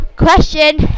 Question